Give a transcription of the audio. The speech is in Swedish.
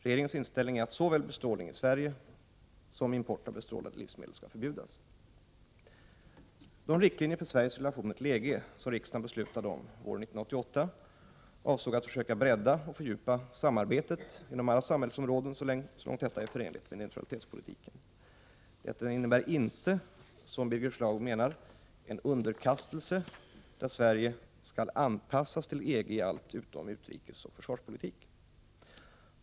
Regeringens inställning är att såväl bestrålning i Sverige som import av bestrålade livsmedel skall förbjudas. De riktlinjer för Sveriges relationer till EG som riksdagen beslutade om våren 1988 avsåg att försöka bredda och fördjupa samarbetet på alla samhällsområden så långt detta är förenligt med neutralitetspolitiken. Detta innebär inte, som Birger Schlaug menar, en underkastelse där Sverige ”skall anpassas till EG i allt utom utrikesoch försvarspolitik”.